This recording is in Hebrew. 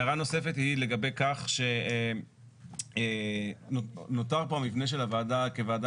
הערה נוספת היא לגבי כך שנותר פה המבנה של הוועדה כוועדה